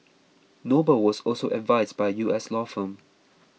noble was also advised by U S law firm